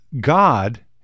God